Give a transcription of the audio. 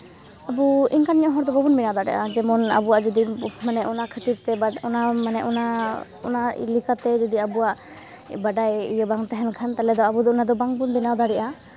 ᱟᱵᱚ ᱤᱱᱠᱟᱱ ᱧᱚᱜ ᱦᱚᱲ ᱫᱚ ᱵᱟᱵᱚᱱ ᱵᱮᱱᱟᱣ ᱫᱟᱲᱮᱭᱟᱜᱼᱟ ᱡᱮᱢᱚᱱ ᱟᱵᱚᱣᱟᱜ ᱡᱩᱫᱤ ᱚᱱᱟ ᱠᱷᱟᱹᱛᱤᱨ ᱛᱮ ᱚᱱᱟ ᱢᱟᱱᱮ ᱚᱱᱟ ᱚᱱᱟ ᱞᱮᱠᱟᱛᱮ ᱡᱩᱫᱤ ᱟᱵᱚᱣᱟᱜ ᱵᱟᱰᱟᱭ ᱤᱭᱟᱹ ᱵᱟᱝ ᱛᱟᱦᱮᱱ ᱠᱷᱟᱱ ᱛᱟᱦᱞᱮ ᱟᱵᱚ ᱫᱚ ᱚᱱᱟ ᱫᱚ ᱵᱟᱝ ᱵᱚᱱ ᱵᱮᱱᱟᱣ ᱫᱟᱲᱮᱭᱟᱜᱼᱟ